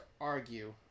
argue